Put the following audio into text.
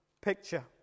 picture